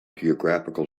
geographical